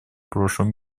прошлом